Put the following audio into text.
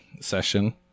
session